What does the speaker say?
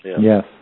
Yes